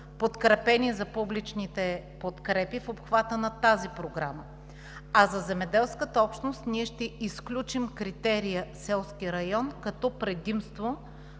жители да бъдат подкрепени в обхвата на тази програма. За земеделската общност ние ще изключим критерия „селски район“ като предимство